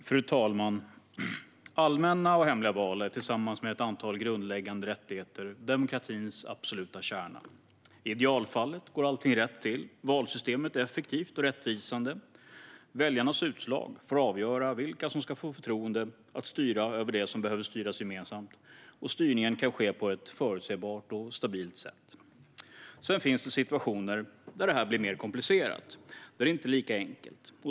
Fru talman! Allmänna och hemliga val är tillsammans med ett antal grundläggande rättigheter demokratins absoluta kärna. I idealfallet går allting rätt till, och valsystemet är effektivt och rättvisande. Väljarnas utslag får avgöra vilka som ska få förtroende att styra över det som behöver styras gemensamt, och styrningen kan ske på ett förutsebart och stabilt sätt. Sedan finns det situationer där det blir mer komplicerat och där det inte är lika enkelt.